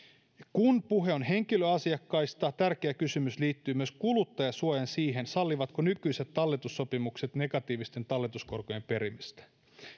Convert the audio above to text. kun puhe on henkilöasiakkaista tärkeä kysymys liittyy myös kuluttajansuojaan ja siihen sallivatko nykyiset talletussopimukset negatiivisten talletuskorkojen perimistä